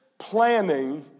planning